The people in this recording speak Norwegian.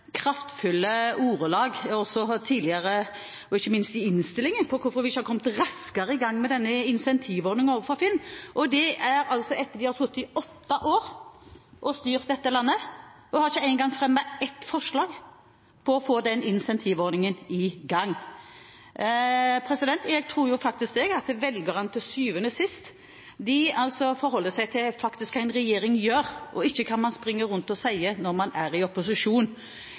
hvorfor vi ikke har kommet raskere i gang med incentivordningen for film – og det etter at de har sittet i åtte år og styrt dette landet og ikke engang har fremmet et forslag om å få denne incentivordningen i gang. Jeg tror at velgerne til syvende og sist forholder seg til hva en regjering gjør – og ikke hva man springer rundt og sier når man er i opposisjon.